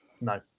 No